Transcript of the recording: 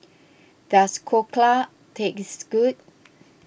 does Dhokla taste good